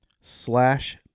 slash